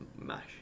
mash